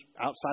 outside